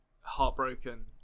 heartbroken